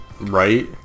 Right